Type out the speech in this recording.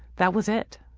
that was it.